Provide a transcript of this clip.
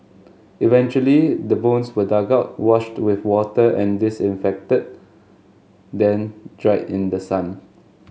eventually the bones were dug out washed with water and disinfected then dried in the sun